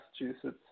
Massachusetts